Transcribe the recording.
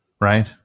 right